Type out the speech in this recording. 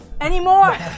anymore